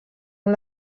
amb